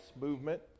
movement